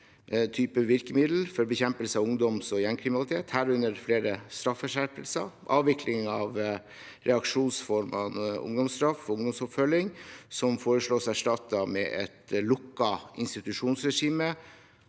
typer virkemidler for bekjempelse av ungdoms- og gjengkriminalitet, herunder flere straffeskjerpelser, avvikling av reaksjonsformene ungdomsstraff og ungdomsoppfølging, som foreslås erstattet av et lukket institusjonsregime,